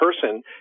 person